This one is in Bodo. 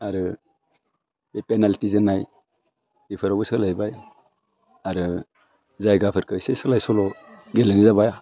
आरो बे पेनालटि जोनाय बेफोरावबो सोलायबाय आरो जायगाफोरखौ एसे सोलाय सोल' गेलेनाय जाबाय